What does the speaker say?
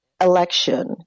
election